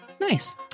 Nice